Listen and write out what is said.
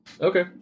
Okay